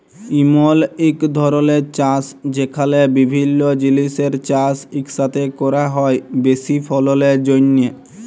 ইমল ইক ধরলের চাষ যেখালে বিভিল্য জিলিসের চাষ ইকসাথে ক্যরা হ্যয় বেশি ফললের জ্যনহে